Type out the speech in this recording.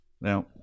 Now